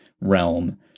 realm